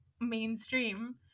mainstream